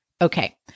Okay